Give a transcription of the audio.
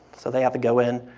so they have to go in,